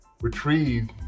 retrieve